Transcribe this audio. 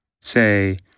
say